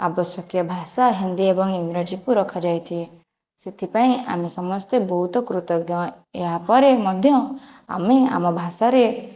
ଆବ୍ୟଶକୀୟ ଭାଷା ହିନ୍ଦୀ ଏବଂ ଇଂରାଜୀକୁ ରଖାଯାଇଛି ସେଥିପାଇଁ ଆମେ ସମସ୍ତେ ବହୁତ କୃତଜ୍ଞ ଏହାପରେ ମଧ୍ୟ ଆମେ ଆମ ଭାଷାରେ